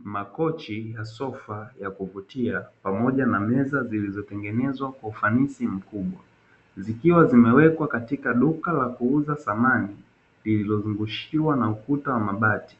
Makochi ya sofa ya kuvutia pamoja na meza zilizotengenezwa kwa ufanisi mkubwa zikiwa zimewekwa katika duka la kuuza samani, lililozungushiwa na ukuta wa bati